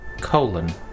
colon